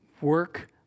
Work